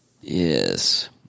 Yes